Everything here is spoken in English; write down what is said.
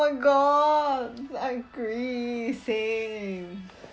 my god I agree same